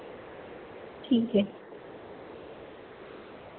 ठीक ऐ